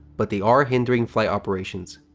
but they are hindering flight operations.